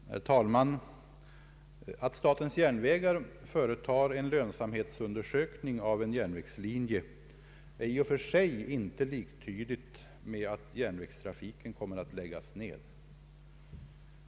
Herr talman! Att statens järnvägar företar en lönsamhetsundersökning av en järnvägslinje är i och för sig inte liktydigt med att järnvägstrafiken kommer att läggas ned.